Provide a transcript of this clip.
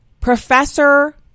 Professor